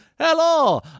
hello